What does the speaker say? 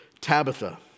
Tabitha